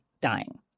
dying